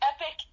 Epic